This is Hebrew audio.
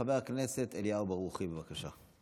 חבר הכנסת אליהו ברוכי, בבקשה.